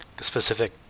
specific